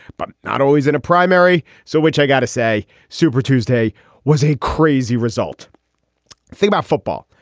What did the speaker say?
but not always in a primary. so which i got to say. super tuesday was a crazy result thing about football.